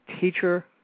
teacher